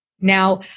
Now